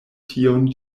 tion